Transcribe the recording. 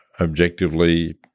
objectively